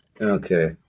Okay